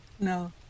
No